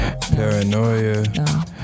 paranoia